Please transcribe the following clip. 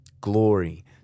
glory